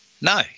no